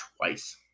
twice